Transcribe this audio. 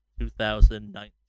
2019